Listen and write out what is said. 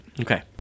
Okay